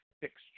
fixture